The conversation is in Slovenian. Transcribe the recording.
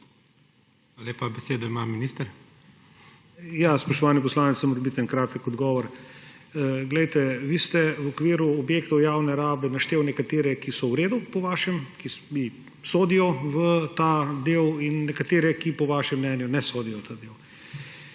lepa. Besedo ima minister.